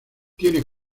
tiene